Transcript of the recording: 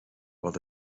while